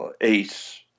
Ace